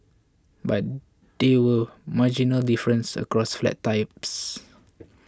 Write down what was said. but there were marginally differences across flat types